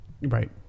Right